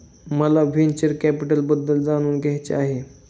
मला व्हेंचर कॅपिटलबद्दल जाणून घ्यायचे आहे